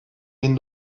bin